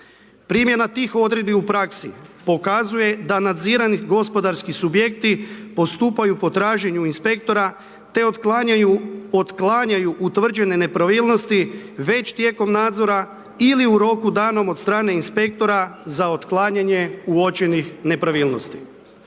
Primjena tih odredbi u praksi pokazuje da nadzirani gospodarski subjekti postupaju po traženju inspektora te otklanjaju utvrđene nepravilnosti već tijekom nadzora ili u roku danom od strane inspektora za otklanjanje uočenih nepravilnosti.